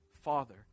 Father